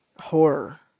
horror